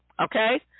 Okay